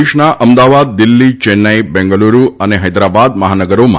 દેશના અમદાવાદ દિલ્હી ચેન્નાઇ બેંગલુરૂ અને હૈદરાબાદ મહાનગરોમાં